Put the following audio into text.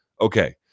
okay